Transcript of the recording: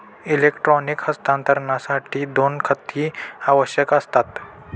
electronic हस्तांतरणासाठी दोन खाती आवश्यक असतात